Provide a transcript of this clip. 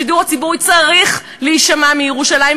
השידור הציבורי צריך להישמע מירושלים,